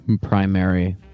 primary